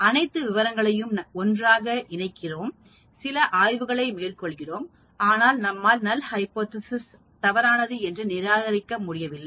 அனைத்து விவரங்களையும் ஒன்றாக இணைக்கிறோம் சில ஆய்வுகளை மேற்கொள்கிறோம் ஆனால் நம்மால் நல் ஹைபோதேசிஸ் தவறானது என்று நிராகரிக்க முடியவில்லை